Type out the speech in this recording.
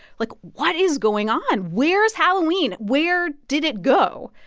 like, what is going on? where's halloween? where did it go?